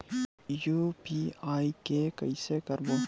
UPI के कइसे करबो?